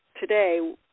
today